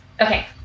Okay